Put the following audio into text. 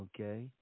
Okay